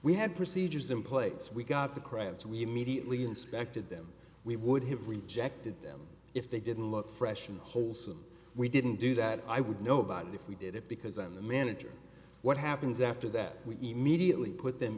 we had procedures in place we got the crabs we immediately inspected them we would have rejected them if they didn't look fresh and wholesome we didn't do that i would nobody if we did it because i'm the manager what happens after that we immediately put them